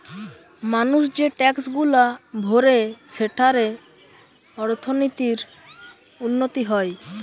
মানুষ যে ট্যাক্সগুলা ভরে সেঠারে অর্থনীতির উন্নতি হয়